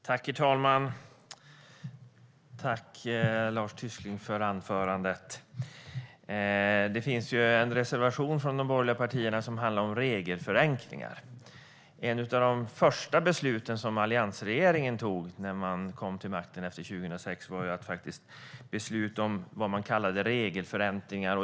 Herr talman! Tack, Lars Tysklind, för anförandet! Det finns en reservation från de borgerliga partierna som handlar om regelförenklingar. Ett av de första besluten som alliansregeringen tog när man kom till makten efter 2006 var att besluta om vad man kallade regelförenklingar.